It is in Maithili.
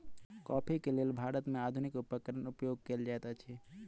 कॉफ़ी के लेल भारत में आधुनिक उपकरण उपयोग कएल जाइत अछि